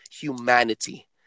humanity